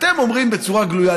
אתם אומרים בצורה גלויה,